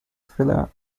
thriller